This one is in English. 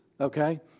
okay